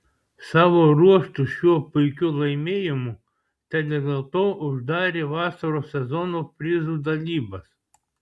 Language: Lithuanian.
savo ruožtu šiuo puikiu laimėjimu teleloto uždarė vasaros sezono prizų dalybas